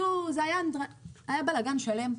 היה בלגן שלם,